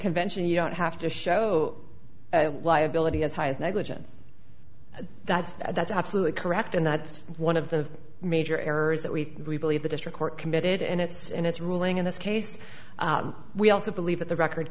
convention you don't have to show why ability as high as negligence that's that's absolutely correct and that's one of the major errors that we believe the district court committed in its in its ruling in this case we also believe that the record